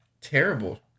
terrible